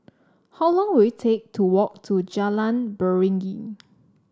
how long will it take to walk to Jalan Beringin